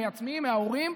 מעצמי או מההורים,